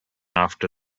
after